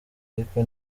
ariko